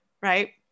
Right